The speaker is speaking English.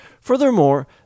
Furthermore